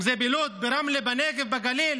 אם זה בלוד, ברמלה, בנגב, בגליל